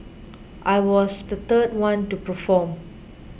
I was the third one to perform